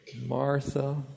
Martha